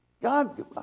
God